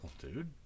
dude